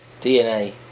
DNA